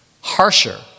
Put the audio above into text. harsher